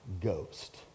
Ghost